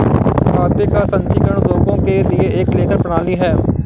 खाते का संचीकरण उद्योगों के लिए एक लेखन प्रणाली है